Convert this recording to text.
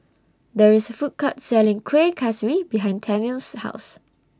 There IS A Food Court Selling Kuih Kaswi behind Tami's House